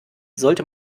sollte